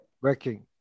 working